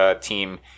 team